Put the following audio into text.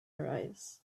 arise